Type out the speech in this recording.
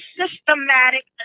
systematic